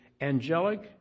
angelic